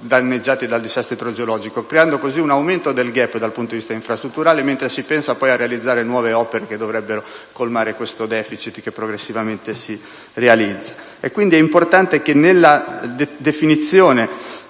danneggiate dal dissesto idrogeologico, ciò che crea un aumento del*gap* dal punto di vista infrastrutturale, mentre si pensa di realizzare nuove opere che dovrebbero colmare questo *deficit* che progressivamente si realizza. È quindi importante che, nella definizione